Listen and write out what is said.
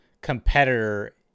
competitor